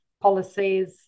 policies